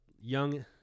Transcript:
young